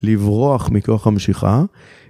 לברוח מכוח המשיכה.